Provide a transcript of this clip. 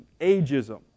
ageism